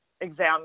exam